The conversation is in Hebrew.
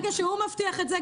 ברגע שהוא מבטיח את זה,